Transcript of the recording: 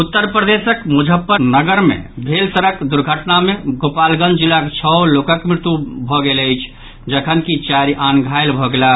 उत्तर प्रदेशक मुजफ्फरनगर मे भेल सड़क दुर्घटना मे गोपालगंज जिलाक छओ लोकक मृत्यु भऽ गेल जखनकि चारि आन घायल भऽ गेलाह